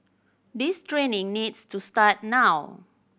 this training needs to start now